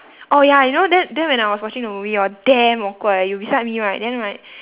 oh ya you know then then when I was watching the movie hor damn awkward eh you beside me right then right